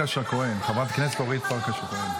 חברת הכנסת אורית פרקש הכהן,